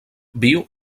viu